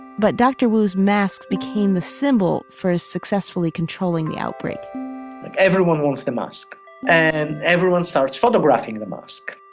but dr. wu's mask became the symbol for successfully controlling the outbreak like everyone wants the mask and everyone starts photographing the mask.